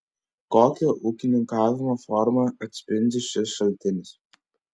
kokią ūkininkavimo formą atspindi šis šaltinis